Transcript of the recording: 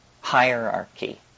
hierarchy